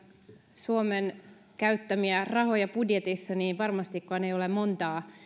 suomen käyttämiä rahoja budjetissa niin varmastikaan ei ole montaa